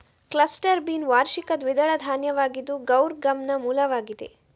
cluster bean ವಾರ್ಷಿಕ ದ್ವಿದಳ ಧಾನ್ಯವಾಗಿದ್ದು ಗೌರ್ ಗಮ್ನ ಮೂಲವಾಗಿದೆ